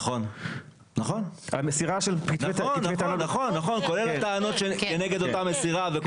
נכון, נכון, כולל הטענות כנגד אותה מסירה.